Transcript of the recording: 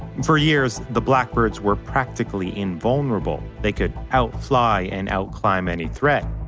for years, the blackbirds were practically invulnerable. they could out fly and out-climb any threat.